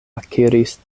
akiris